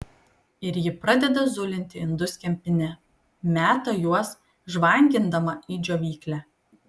ir ji pradeda zulinti indus kempine meta juos žvangindama į džiovyklę